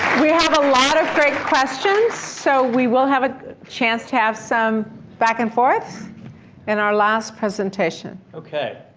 we have a lot of great questions, so we will have a chance to have some back and forths in our last presentation. okay.